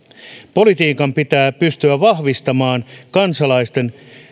politiikan pitää pystyä vahvistamaan kansalaisten